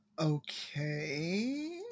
Okay